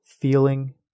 feeling